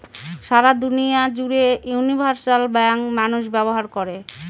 সারা দুনিয়া জুড়ে universal bank মানুষ ব্যবহার করে